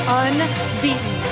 unbeaten